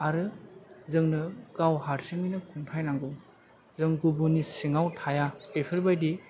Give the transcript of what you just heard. आरो जोंनो गाव हारसिङैनो खुंथाइ नांगौ जों गुबुननि सिङाव थाया बेफोरबायदि